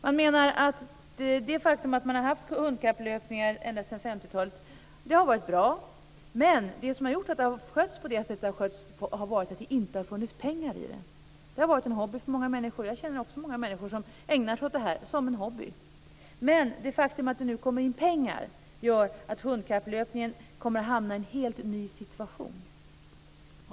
Man menar att vi har haft hundkapplöpningar ända sedan 50-talet, och det har varit bra. Men det som har gjort att det har skötts på det sättet är att det inte har funnits pengar i det. Det har varit en hobby för många människor. Jag känner själv många människor som ägnar sig åt det här som en hobby. Det faktum att det nu kommer in pengar gör dock att hundkapplöpningen kommer att hamna i en helt ny situation.